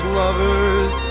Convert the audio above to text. lovers